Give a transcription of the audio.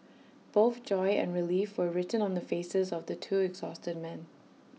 both joy and relief were written on the faces of the two exhausted men